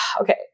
okay